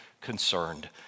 concerned